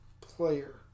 player